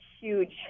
huge